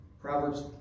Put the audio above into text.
Proverbs